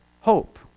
hope